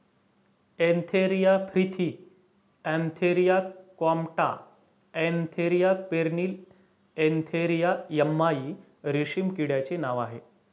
Antheraea frithi Antheraea compta Antheraea pernyi Antheraea yamamai रेशीम किड्याचे नाव आहे